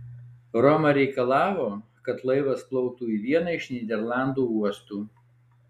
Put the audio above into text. roma reikalavo kad laivas plauktų į vieną iš nyderlandų uostų